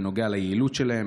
בנוגע ליעילות שלהם,